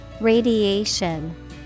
Radiation